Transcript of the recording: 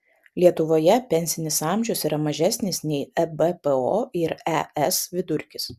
lietuvoje pensinis amžius yra mažesnis nei ebpo ir es vidurkis